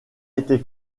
été